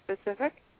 specific